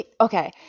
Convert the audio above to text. okay